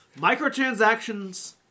Microtransactions